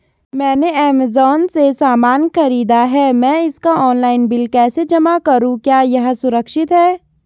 मैंने ऐमज़ान से सामान खरीदा है मैं इसका ऑनलाइन बिल कैसे जमा करूँ क्या यह सुरक्षित है?